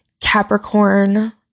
Capricorn